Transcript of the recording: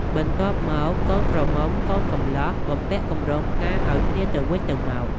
បន្ទាប់់មកកូនក្រមុំកូនកំលោះបំពាក់កម្រងផ្កាអោយគ្នាទៅវិញទៅមក ។